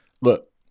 Look